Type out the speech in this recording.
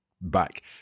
back